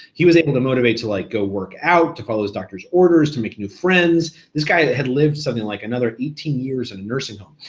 he was able to motivate to like go work out, to follow his doctor's orders, to make new friends, this guy had lived something like another eighteen years in a nursing home,